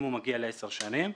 אם הוא מגיע לעשר שנים,